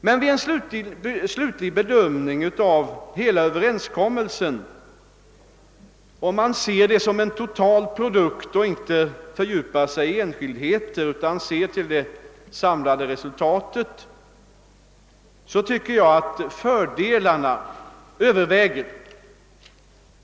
Men vid en slutlig bedömning av hela kompromissen, om man inte fördjupar sig i enskildheter utan ser på det samlade resultatet, tycker jag att fördelarna överväger.